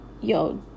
yo